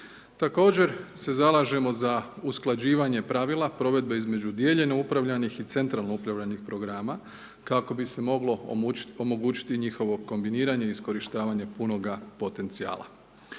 Također se zalažemo za usklađivanje pravila provedbe između dijeljeno upravljanih i centralno upravljanih programa kako bi se moglo omogućiti njihovo kombiniranje i iskorištavanja punoga potencijala.